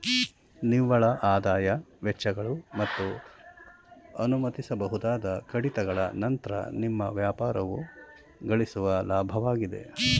ನಿವ್ವಳಆದಾಯ ವೆಚ್ಚಗಳು ಮತ್ತು ಅನುಮತಿಸಬಹುದಾದ ಕಡಿತಗಳ ನಂತ್ರ ನಿಮ್ಮ ವ್ಯಾಪಾರವು ಗಳಿಸುವ ಲಾಭವಾಗಿದೆ